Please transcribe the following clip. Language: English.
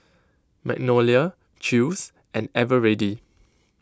Magnolia Chew's and Eveready